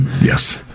Yes